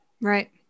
Right